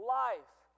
life